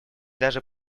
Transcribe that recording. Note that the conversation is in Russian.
даже